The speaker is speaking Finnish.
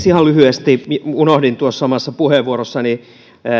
ihan lyhyesti unohdin tuossa omassa puheenvuorossani